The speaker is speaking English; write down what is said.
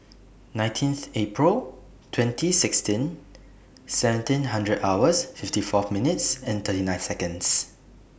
nineteenth April twenty sixteen seventeen hundred hours fifty four minutes thirty nine Seconds